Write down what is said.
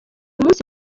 munsi